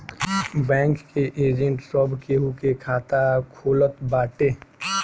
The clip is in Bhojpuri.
बैंक के एजेंट सब केहू के खाता खोलत बाटे